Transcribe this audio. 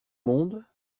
monde